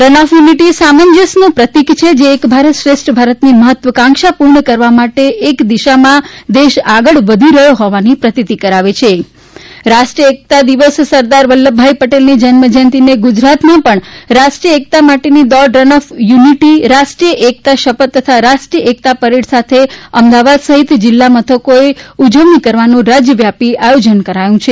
run for unity સામંજસ્યનું પ્રતિક છે જે એક ભારત શ્રેષ્ઠ ભારતની મફત્વાકાંક્ષા પૂર્ણ કરવા માટે એક દિશામાં દેશ આગળ વધી રહ્યો ફોવાની પ્રતીતી કરાવે છે રાષ્ટ્રીય એકતા દિવસ સરદાર વલ્લભભાઇ પટેલની જન્મ જયંતીને ગુજરાતમાં પણ રાષ્ટ્રીય એકતા માટેની દોડ રન ફોર યુનિટી રાષ્ટ્રીય એકતા શપથ તથા રાષ્ટ્રીય એકતા પરેડ સાથે અમદાવાદ સફિત જિલ્લા મથકોએ ઉજવણી કરવાનું રાજ્યવ્યાપી આયોજન કરવામાં આવ્યું છે